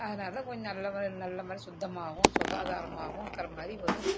அதனால கொஞ்சம் நல்ல மாதிரி நல்ல மாதிரி சுத்தமாகவும் சுகாதாரமாகவும் இருக்கிற மாதிரி ஒரு